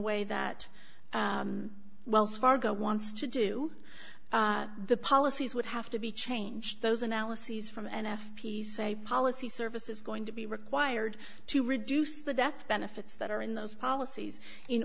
way that wells fargo wants to do the policies would have to be changed those analyses from n f p a say policy service is going to be required to reduce the death benefits that are in those policies in